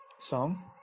Song